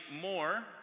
more